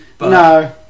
No